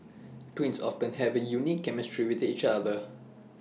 twins often have A unique chemistry with each other